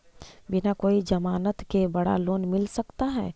बिना कोई जमानत के बड़ा लोन मिल सकता है?